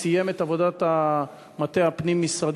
סיים בהם את עבודת המטה הפנים-משרדית,